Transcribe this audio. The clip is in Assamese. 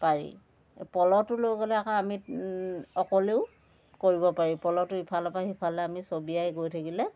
পাৰি পল'টো লৈ গ'লে আকৌ আমি অকলেও কৰিব পাৰি পল'টো ইফালৰ পৰা সিফালে আমি চবিয়াই গৈ থাকিলে